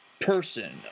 person